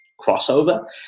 crossover